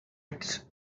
its